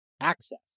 access